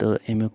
تہٕ ایٚمیُک